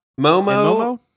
Momo